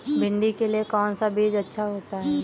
भिंडी के लिए कौन सा बीज अच्छा होता है?